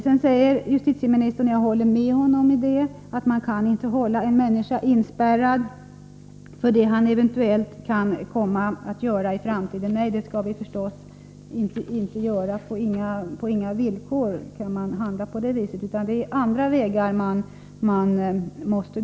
Sedan säger justitieministern — och jag håller med honom om det — att man inte kan hålla en människa inspärrad för det han eventuellt kan komma att göra i framtiden. Nej, det skall vi naturligtvis inte göra — inte på några villkor kan man handla på det sättet. Man måste gå andra vägar. Pås.